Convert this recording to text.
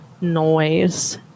noise